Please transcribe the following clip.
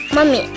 Mommy